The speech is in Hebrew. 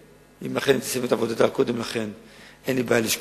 אם אכן היא תסיים את עבודתה קודם לכן,